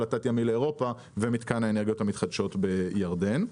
התת ימי לאירופה ומתקן האנרגיות המתחדשות בירדן.